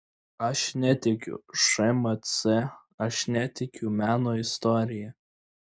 aš netikiu šmc aš netikiu meno istorija